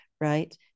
right